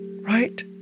right